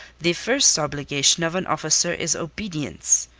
the first obligation of an officer is obedience.